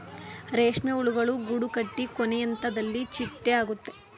ರೇಷ್ಮೆ ಹುಳುಗಳು ಗೂಡುಕಟ್ಟಿ ಕೊನೆಹಂತದಲ್ಲಿ ಚಿಟ್ಟೆ ಆಗುತ್ತೆ